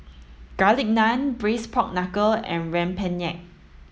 garlic naan braised pork knuckle and Rempeyek